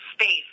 space